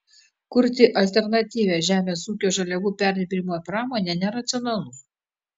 kurti alternatyvią žemės ūkio žaliavų perdirbimo pramonę neracionalu